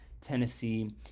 Tennessee